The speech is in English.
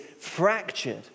fractured